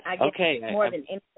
Okay